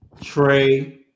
Trey